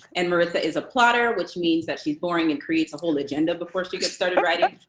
and maritza is a plotter, which means that she's boring and creates a whole agenda before she gets started writing.